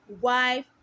wife